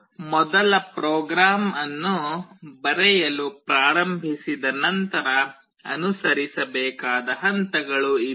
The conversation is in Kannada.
ನೀವು ಮೊದಲ ಪ್ರೋಗ್ರಾಂ ಅನ್ನು ಬರೆಯಲು ಪ್ರಾರಂಭಿಸಿದ ನಂತರ ಅನುಸರಿಸಬೇಕಾದ ಹಂತಗಳು ಇವು